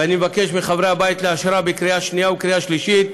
ואני מבקש מחברי הבית לאשרה בקריאה שנייה ובקריאה שלישית.